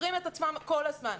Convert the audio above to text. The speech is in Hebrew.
סותרים את עצמם כל הזמן.